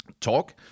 talk